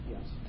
Yes